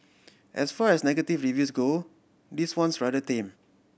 as far as negative reviews go this one's rather tame